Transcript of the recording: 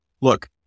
Look